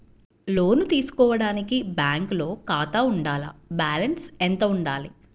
లోను తీసుకోవడానికి బ్యాంకులో ఖాతా ఉండాల? బాలన్స్ ఎంత వుండాలి?